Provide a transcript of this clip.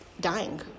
dying